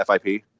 FIP